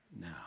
now